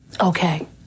Okay